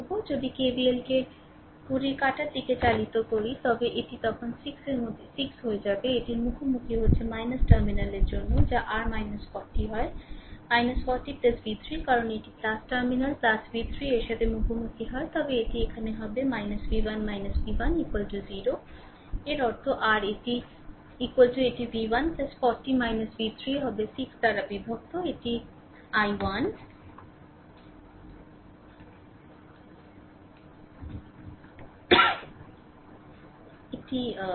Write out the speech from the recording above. যদি KVL কে ঘড়ির কাঁটার দিকে চালিত করে তবে এটি তখন 6 এর মধ্যে 6 হয়ে যাবে এটির মুখোমুখি হচ্ছে টার্মিনালের জন্য যা r 40 হয় 40 v 3 কারণ এটি টার্মিনাল v 3 এর সাথে মুখোমুখি হয় তবে এটি এখানে হবে v1 v1 0 এর অর্থ r এটি v 1 40 v 3 হবে 6 দ্বারা বিভক্ত এটি i 1